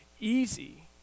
easy